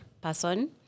person